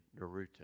Naruto